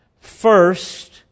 First